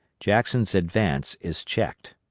jackson's advance is checked.